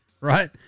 Right